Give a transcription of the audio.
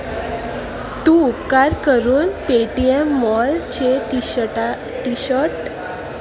तूं उपकार करून पेटीएम मॉलचे टिशटा टिशर्ट